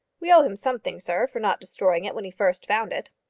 we owe him something, sir, for not destroying it when he first found it.